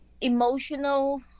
emotional